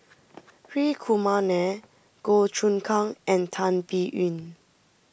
Hri Kumar Nair Goh Choon Kang and Tan Biyun